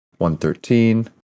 113